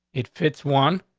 it fits one.